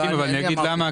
לא, אני אמרתי.